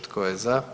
Tko je za?